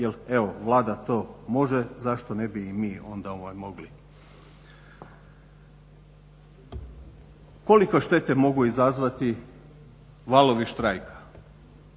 jel evo Vlada to može zašto ne bi i mi mogli. Koliko štete mogu izazvati valovi štrajka?